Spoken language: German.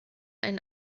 ein